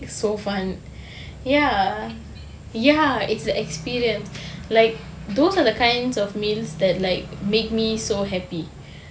so fun ya ya it's the experience like those are the kinds of meals that like make me so happy